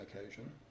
occasion